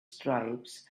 stripes